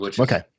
Okay